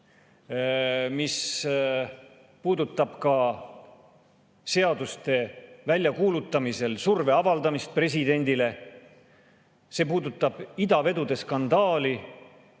mis puudutab ka seaduste väljakuulutamisel surve avaldamist presidendile. See puudutab idavedude skandaali,